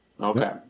Okay